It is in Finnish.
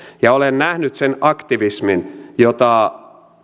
ja olen nähnyt sen aktivismin jota